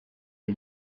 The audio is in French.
est